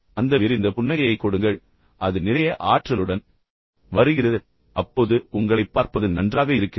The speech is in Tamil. பின்னர் அந்த விரிந்த புன்னகையைக் கொடுங்கள் எனவே அது நிறைய ஆற்றலுடன் வருகிறது நீங்கள் அந்த விரிந்த புன்னகையைக் கொடுக்கும்போது உங்களைப் பார்ப்பது நன்றாக இருக்கிறது